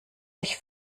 sich